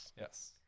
Yes